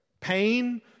Pain